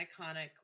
iconic